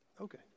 Okay